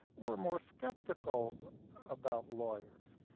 were more sceptical about lawyers.